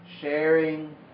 sharing